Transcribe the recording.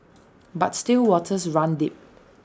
but still waters run deep